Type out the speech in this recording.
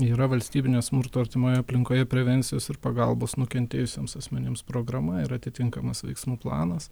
yra valstybinio smurto artimoje aplinkoje prevencijos ir pagalbos nukentėjusiems asmenims programa ir atitinkamas veiksmų planas